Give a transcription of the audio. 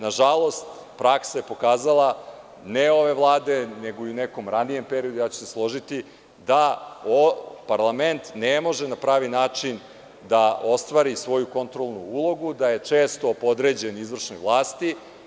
Nažalost, praksa je pokazala ne ove vlade nego i u nekom ranijem periodu, ja ću se složiti da parlament ne može na pravi način da ostvari svoju kontrolnu ulogu, da je često podređen izvršnoj vlasti.